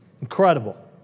Incredible